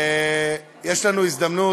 יש לנו הזדמנות,